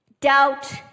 doubt